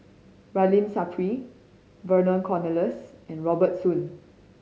Ramli Sarip Vernon Cornelius and Robert Soon